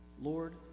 Lord